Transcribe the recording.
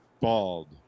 bald